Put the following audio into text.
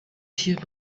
tier